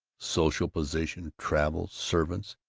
social position? travel? servants?